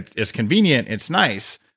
it's it's convenient, it's nice,